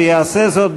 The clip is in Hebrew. שיעשה זאת,